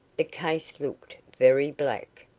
the case looked very black.